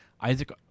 Isaac